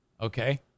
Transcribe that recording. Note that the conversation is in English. Okay